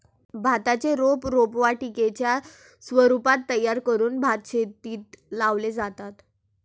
भाताचे रोप रोपवाटिकेच्या स्वरूपात तयार करून भातशेतीत लावले जाते